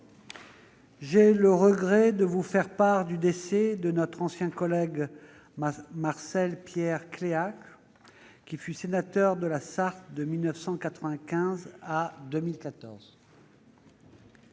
J'ai le regret de vous faire part du décès de notre ancien collègue Marcel-Pierre Cléach, qui fut sénateur de la Sarthe de 1995 à 2014.